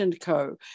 Co